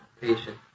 patient